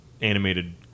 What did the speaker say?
animated